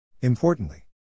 Importantly